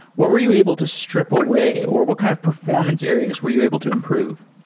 what were you able to strip away or what kind of performance areas were you able to improve?